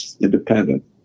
independent